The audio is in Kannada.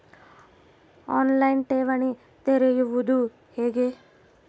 ಆನ್ ಲೈನ್ ಠೇವಣಿ ತೆರೆಯುವುದು ಹೇಗೆ?